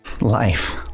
Life